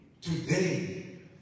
today